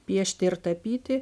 piešti ir tapyti